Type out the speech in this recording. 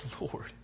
Lord